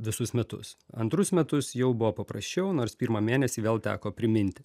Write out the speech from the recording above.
visus metus antrus metus jau buvo paprasčiau nors pirmą mėnesį vėl teko priminti